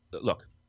Look